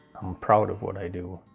proud of what i do.